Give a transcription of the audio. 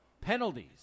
penalties